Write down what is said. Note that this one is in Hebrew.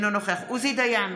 אינו נוכח עוזי דיין,